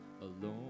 alone